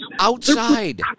Outside